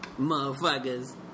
motherfuckers